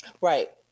right